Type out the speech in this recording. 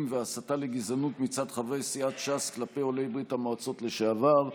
והסתה לגזענות מצד חברי סיעת ש"ס כלפי עולי ברית המועצות לשעבר.